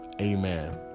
Amen